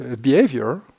behavior